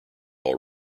all